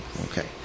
Okay